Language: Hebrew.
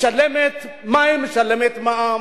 משלמת מים, משלמת מע"מ.